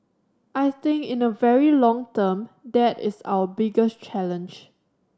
I think in the very long term that is our biggest challenge